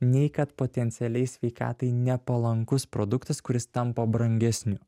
nei kad potencialiai sveikatai nepalankus produktas kuris tampa brangesniu